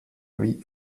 wie